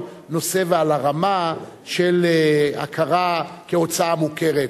נושא ועל הרמה של הכרה כהוצאה מוכרת.